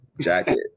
jacket